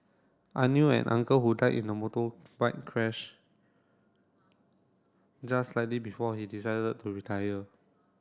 I knew an uncle who died in a motorbike crash just slightly before he decided to retire